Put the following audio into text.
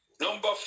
Number